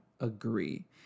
agree